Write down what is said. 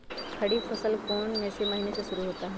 खरीफ फसल कौन में से महीने से शुरू होता है?